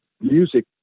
music